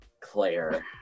Claire